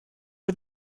but